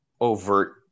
overt